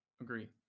Agree